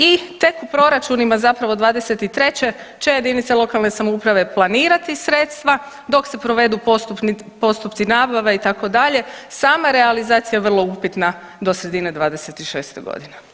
I tek u proračunima zapravo '23 će jedinice lokalne samouprave planirati sredstva, dok se provedu postupci nabave itd., sama realizacija je vrlo upitna do sredine '26. godine.